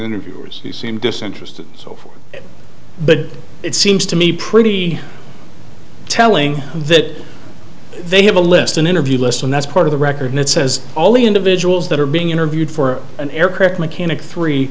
interviewers seemed disinterested but it seems to me pretty telling that they have a list an interview list and that's part of the record that says all the individuals that are being interviewed for an aircraft mechanic three